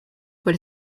what